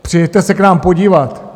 Přijeďte se k nám podívat.